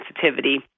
sensitivity